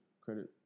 credit